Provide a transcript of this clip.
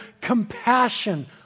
compassion